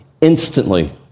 instantly